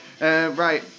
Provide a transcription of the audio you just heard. Right